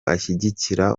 ashyigikira